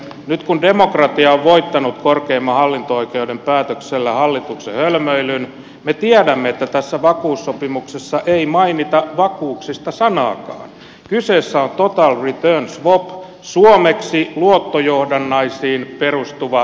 nyt kun demokratia on voittanut korkeimman hallinto oikeuden päätöksellä hallituksen hölmöilyn me tiedämme että tässä vakuussopimuksessa ei mainita vakuuksista sanaakaan kyseessä on total return swap suomeksi luottojohdannaisiin perustuva järjestelmä